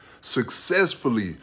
successfully